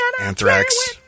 Anthrax